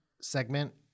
segment